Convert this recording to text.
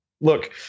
look